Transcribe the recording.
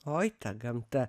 oi ta gamta